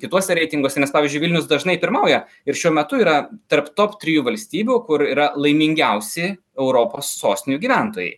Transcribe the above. kituose reitinguose nes pavyzdžiui vilnius dažnai pirmauja ir šiuo metu yra tarp top trijų valstybių kur yra laimingiausi europos sostinių gyventojai